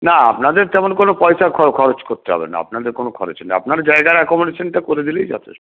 না আপনাদের তেমন কোনো পয়সা খরচ খরচ করতে হবে না আপনাদের কোনো খরচ নেই আপনারা জায়গার অ্যাকোমোডেশনটা করে দিলেই যথেষ্ট